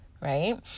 right